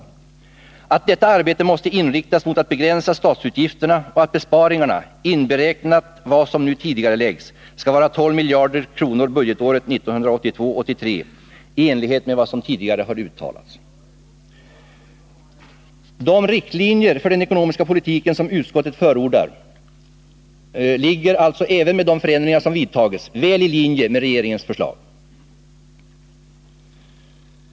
Utskottet understryker vidare att detta arbete måste inriktas mot att begränsa statsutgifterna och att besparingarna — inberäknat vad som nu tidigareläggs — skall vara 12 miljarder kronor budgetåret 1982/83 i enlighet med tidigare uttalanden. De riktlinjer för den ekonomiska politiken som utskottet förordar ligger — även med de förändringar som vidtagits — väl i linje med regeringens förslag.